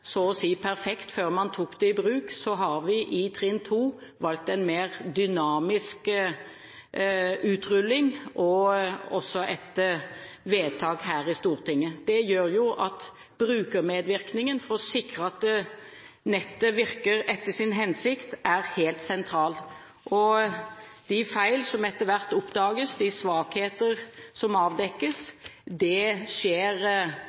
så å si perfekt før man tok det i bruk, har vi i trinn 2 valgt en mer dynamisk utrulling, også etter vedtak her i Stortinget. Det gjør at brukermedvirkningen for å sikre at nettet virker etter sin hensikt, er helt sentral. De feil som etter hvert oppdages, og de svakheter som avdekkes, skjer